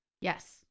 Yes